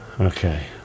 okay